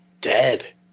Dead